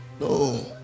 No